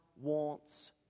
wants